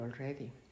already